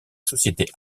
société